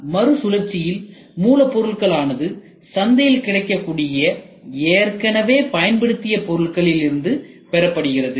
அதனால் மறு சுழற்சியில் மூலப்பொருள்கள் ஆனது சந்தையில் கிடைக்கக்கூடிய ஏற்கனவே பயன்படுத்திய பொருட்களில் இருந்து பெறப்படுகிறது